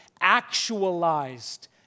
actualized